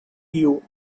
you